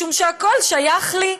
משום שהכול שייך לי.